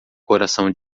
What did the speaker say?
coração